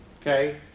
okay